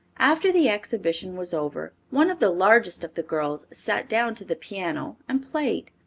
after the exhibition was over one of the largest of the girls sat down to the piano and played.